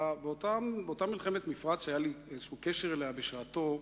באותה מלחמת המפרץ, שהיה לי איזה קשר אליה בשעתו,